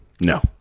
No